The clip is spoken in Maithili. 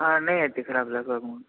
हाँ नहि हेतै खराब